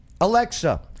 Alexa